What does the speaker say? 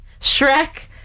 Shrek